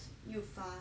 又 far